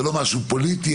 זה לא משהו פוליטי,